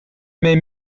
m’ai